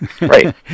Right